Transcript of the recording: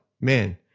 man